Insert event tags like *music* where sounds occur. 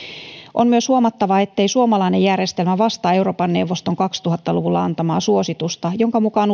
on myös huomattava ettei suomalainen järjestelmä vastaa euroopan neuvoston kaksituhatta luvulla antamaa suositusta jonka mukaan *unintelligible*